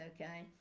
okay